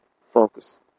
focus